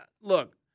look